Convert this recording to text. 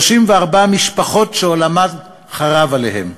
34 משפחות שעולמן חרב עליהן.